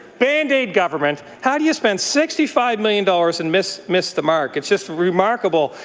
band-aid government. how do you spend sixty five million dollars and miss miss the mark? it's just remarkable.